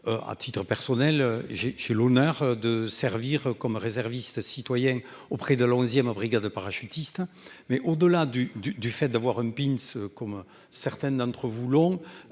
À titre personnel, j'ai, j'ai l'honneur de servir comme réserviste citoyen auprès de la 11ème brigade de parachutistes. Mais au-delà du du du fait d'avoir une pince comme certaines d'entre vous l'ont